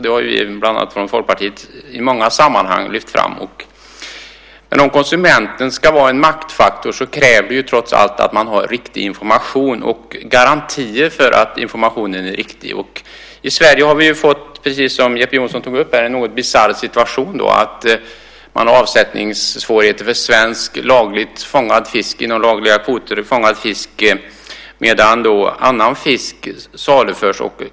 Det har vi från Folkpartiet lyft fram i många sammanhang. Om konsumenten ska vara en maktfaktor krävs det att man har riktig information och garantier för att informationen är riktig. I Sverige har vi ju, som Jeppe Johnsson sade, fått en något bisarr situation. Man har avsättningssvårigheter för svensk inom lagliga kvoter fångad fisk medan annan fisk saluförs.